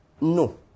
No